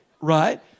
right